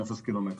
0 קילומטר.